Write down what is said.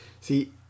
See